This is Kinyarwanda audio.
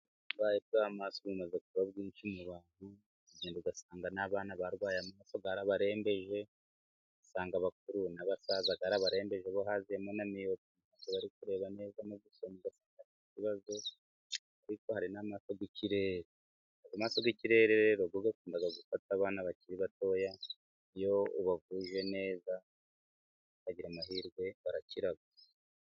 Umurwayi bwa'amaso bumaze kuba bwinshi mu bantu. Uragenda ugasanga n'abana barwaye mu amaso yarabarembeje ,ugasanga abakuru n'abasaza yarabarembeje ,bo havuyemo na miyopi ntibari kureba neza ,mu gusoma bafite ikibazo . Ariko hari n'amaso y'ikirere . Amaso y'ikirere rero yo akunda gufata abana bakiri batoya . Iyo ubavuje neza ukagira amahirwe ,barakira.